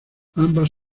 ambas